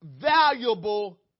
valuable